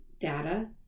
data